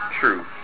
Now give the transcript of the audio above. True